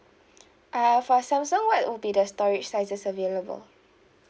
err for samsung what would be the storage sizes available